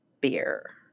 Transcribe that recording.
beer